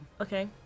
Okay